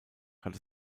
hat